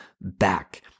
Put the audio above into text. back